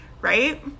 right